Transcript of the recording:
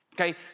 okay